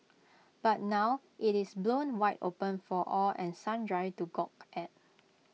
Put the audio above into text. but now IT is blown wide open for all and sundry to gawk at